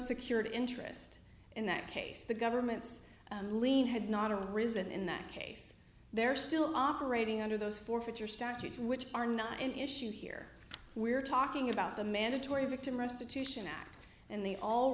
security interest in that case the government's had not a reason in that case they're still operating under those forfeiture statutes which are not an issue here we're talking about the mandatory victim restitution act and the all